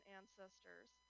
ancestors